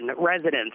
residents